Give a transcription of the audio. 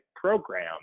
program